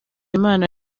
imana